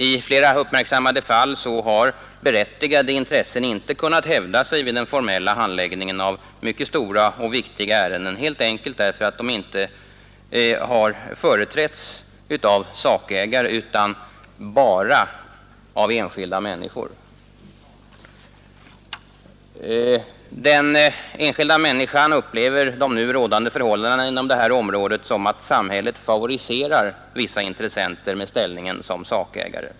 I flera uppmärksammade fall har berättigade intressen inte kunnat hävda sig vid den formella handläggningen av mycket stora och viktiga ärenden, helt enkelt därför att de inte har företrätts av sakägare utan ”bara” av enskilda människor. Den enskilda människan upplever de nu rådande förhållandena på det här området så att samhället favoriserar vissa intressenter med ställningen som sakägare.